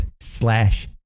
slash